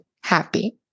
happy